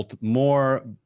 More